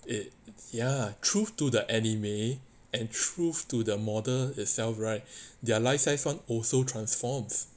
it ya truth to the anime and truth to the model itself right their life size one also transforms